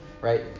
right